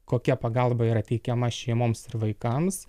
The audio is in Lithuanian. kokia pagalba yra teikiama šeimoms ir vaikams